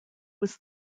was